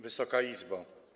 Wysoka Izbo!